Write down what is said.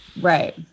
right